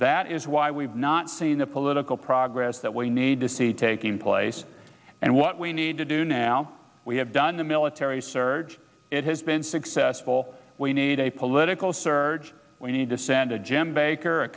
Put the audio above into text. that is why we've not seen the political progress that we need to see taking place and what we need to do now we have done the military surge it has been successful we need a political surge we need to send a jim baker